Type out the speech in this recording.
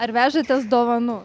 ar vežatės dovanų